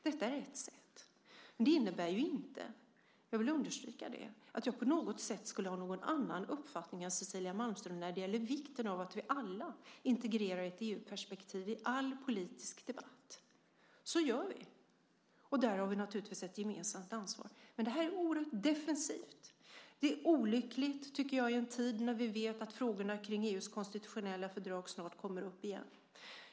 Detta är ett sätt. Det innebär inte - jag vill understryka det - att jag på något sätt skulle ha någon annan uppfattning än Cecilia Malmström när det gäller vikten av att vi alla integrerar ett EU-perspektiv i all politisk debatt. Så gör vi, och där har vi naturligtvis ett gemensamt ansvar. Men det här är oerhört defensivt. Det är olyckligt, tycker jag, i en tid när vi vet att frågorna kring EU:s konstitutionella fördrag snart kommer upp igen.